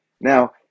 now